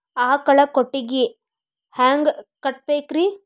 ಆಕಳ ಕೊಟ್ಟಿಗಿ ಹ್ಯಾಂಗ್ ಕಟ್ಟಬೇಕ್ರಿ?